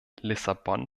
lissabon